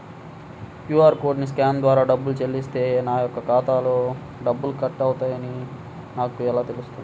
QR కోడ్ని scan ద్వారా డబ్బులు చెల్లిస్తే నా యొక్క ఖాతాలో డబ్బులు కట్ అయినవి అని నాకు ఎలా తెలుస్తుంది?